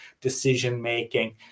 decision-making